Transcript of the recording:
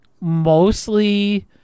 mostly